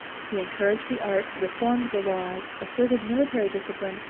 he encouraged the arts, reformed the laws, asserted military discipline,